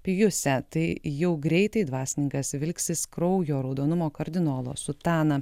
pijusę tai jau greitai dvasininkas vilksis kraujo raudonumo kardinolo sutaną